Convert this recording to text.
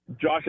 Josh